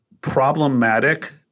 problematic